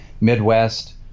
Midwest